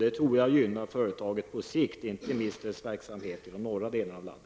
Det tror jag gynnar företaget på sikt, inte minst dess verksamhet i de norra delarna av landet.